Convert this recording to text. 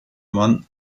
man